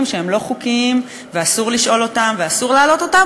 שהם לא חוקיים ואסור לשאול אותם ואסור להעלות אותם,